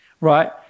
right